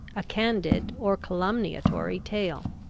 a candid or calumniatory tale.